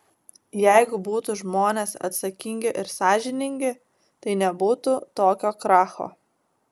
jeigu būtų žmonės atsakingi ir sąžiningi tai nebūtų tokio kracho